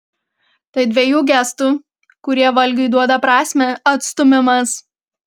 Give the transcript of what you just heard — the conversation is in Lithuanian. tai dvejų gestų kurie valgiui duoda prasmę atstūmimas